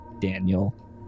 Daniel